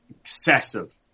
excessive